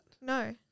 No